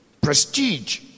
prestige